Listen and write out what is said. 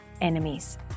enemies